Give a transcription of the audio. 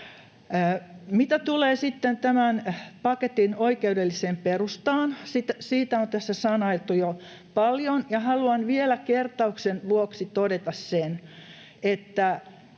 sitten tämän paketin oikeudellisen perustaan: Siitä on tässä sanailtu jo paljon, ja haluan vielä kertauksen vuoksi todeta sen,